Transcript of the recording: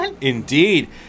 Indeed